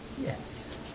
Yes